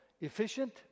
efficient